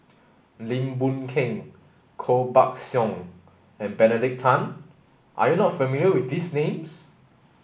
Lim Boon Keng Koh Buck Song and Benedict Tan are you not familiar with these names